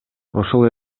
ошол